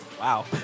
Wow